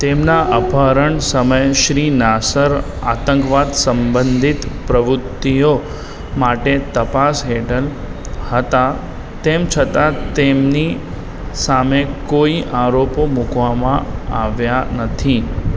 તેમના અપહરણ સમયે શ્રી નાસર આતંકવાદ સંબંધિત પ્રવૃત્તિઓ માટે તપાસ હેઠળ હતા તેમ છતાં તેમની સામે કોઈ આરોપો મૂકવામાં આવ્યા નથી